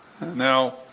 Now